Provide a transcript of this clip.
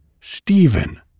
Stephen